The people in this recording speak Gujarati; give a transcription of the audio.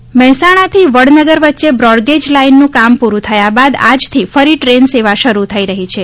બ્રોડગેજ મહેસાણાથી વડનગર વચ્ચે બ્રોડગેજ લાઇનનું કામ પુરુ થયા બાદ આજથી ફરી ટ્રેન સેવા શરૂ થઇ રહી છે